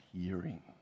hearing